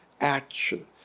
action